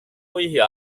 như